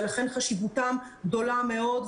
ולכן חשיבותם גדולה מאוד.